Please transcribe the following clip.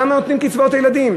למה נותנים קצבאות הילדים?